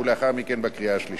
ולאחר מכן בקריאה שלישית.